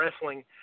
wrestling